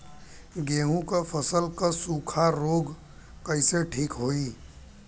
गेहूँक फसल क सूखा ऱोग कईसे ठीक होई?